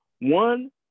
One